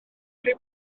chi